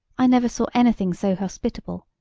i never saw anything so hospitable.